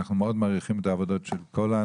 אנחנו מאוד מעריכים את העבודות של כולם,